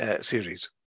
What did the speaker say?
series